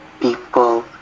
people